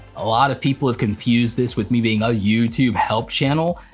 a lot of people have confused this with me being a youtube help channel,